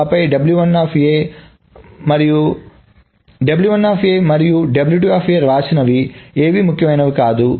ఆపై వర్సెస్ మరియు తరువాత వ్రాసినవి ఏవీ ముఖ్యమైనవి కావు